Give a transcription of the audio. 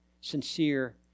sincere